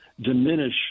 diminish